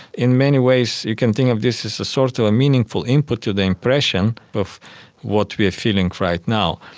in many ways you can think of this as a sort of a meaningful input to the impression of what we are feeling right now.